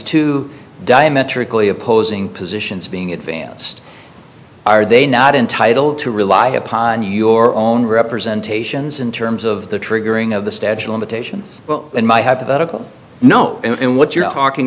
two diametrically opposing positions being advanced are they not entitled to rely upon your own representation is in terms of the triggering of the statue of limitations well in my hypothetical no in what you're talking